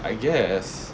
I guess